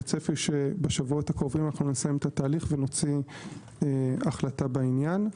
והצפי שבשבועות הקרובים נסיים את התהליך ונוציא החלטה בעניין.